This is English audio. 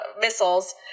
missiles